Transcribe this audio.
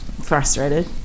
Frustrated